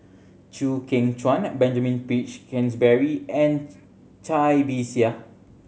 Chew Kheng Chuan Benjamin Peach Keasberry and Cai Bixia